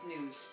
news